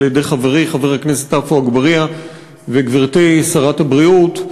על-ידי חברי חבר הכנסת עפו אגבאריה וגברתי שרת הבריאות.